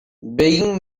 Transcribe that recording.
begging